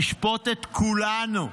תשפוט את כולנו,